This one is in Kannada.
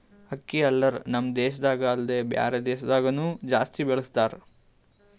ಅಕ್ಕಿ ಹಲ್ಲರ್ ನಮ್ ದೇಶದಾಗ ಅಲ್ದೆ ಬ್ಯಾರೆ ದೇಶದಾಗನು ಜಾಸ್ತಿ ಬಳಸತಾರ್